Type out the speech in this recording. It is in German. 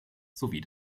sowie